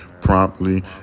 promptly